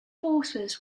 forces